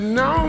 no